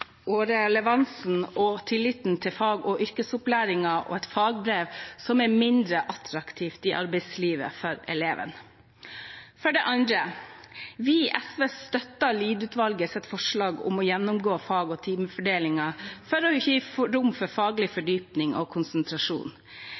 og et fagbrev som er mindre attraktivt i arbeidslivet for eleven. For det andre: Vi i SV støtter Lied-utvalgets forslag om å gjennomgå fag- og timefordelingen for å gi rom for faglig